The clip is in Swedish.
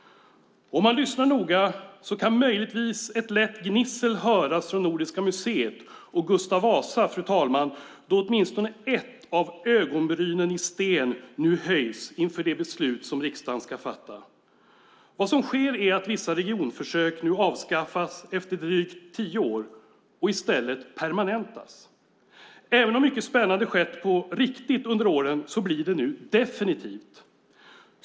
Om man lyssnar noga kan möjligtvis ett lätt gnissel höras från Nordiska museet och Gustav Vasa, fru talman, då åtminstone ett av ögonbrynen i sten nu höjs inför det beslut som riksdagen ska fatta. Vad som sker är att vissa regionförsök nu avskaffas efter drygt tio år och i stället permanentas. Även om mycket spännande skett på riktigt under åren blir det nu definitivt.